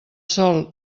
sol